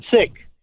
sick